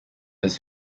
his